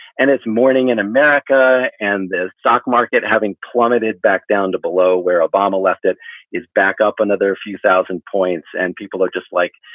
and it's morning in america. and the stock market having plummeted back down to below where obama left it is back up another few thousand points. and people are just like,